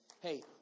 Hey